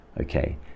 okay